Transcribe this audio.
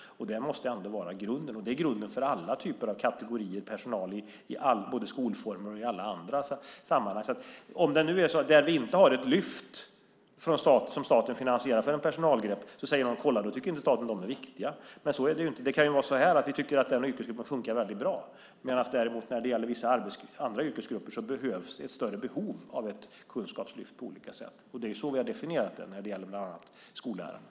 Det måste ändå vara grunden, och det är grunden för alla typer av personalkategorier i skolan och i andra sammanhang. Om vi inte gör ett lyft för en yrkesgrupp som staten finansierar säger man: Se, staten tycker inte att de är viktiga. Men så är det inte. Det kan vara så att vi tycker att den yrkesgruppen fungerar väldigt bra, medan det när det gäller vissa andra yrkesgrupper finns ett större behov av kunskapslyft. Det är så vi har definierat det när det gäller bland annat förskollärarna.